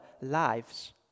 lives